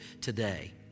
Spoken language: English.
today